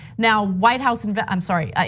now white house, and but i'm sorry,